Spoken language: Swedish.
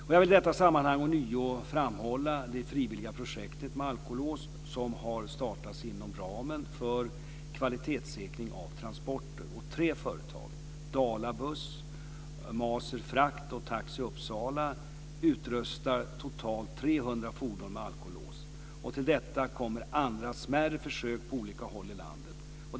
Jag vill i detta sammanhang ånyo framhålla det frivilliga projekt med alkolås som har startats inom ramen för "kvalitetssäkring av transporter". Tre företag, Dala buss, Maser frakt och Taxi Uppsala, utrustar totalt 300 fordon med alkolås. Till detta kommer andra smärre försök på olika håll i landet.